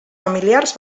familiars